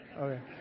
Okay